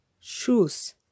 Shoes